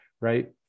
right